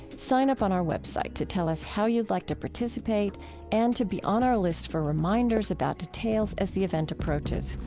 sign up on our web site to tell us how you'd like to participate and to be on our list for reminders about details as the event approaches.